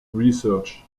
research